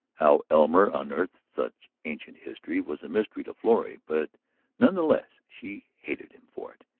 how elmer unearthed such ancient history was a mystery to florrie but none the less she hated him for it.